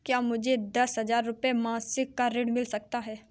क्या मुझे दस हजार रुपये मासिक का ऋण मिल सकता है?